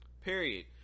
Period